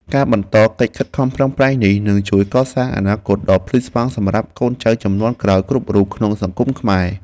ការបន្តកិច្ចខិតខំប្រឹងប្រែងនេះនឹងជួយកសាងអនាគតដ៏ភ្លឺស្វាងសម្រាប់កូនចៅជំនាន់ក្រោយគ្រប់រូបក្នុងសង្គមខ្មែរ។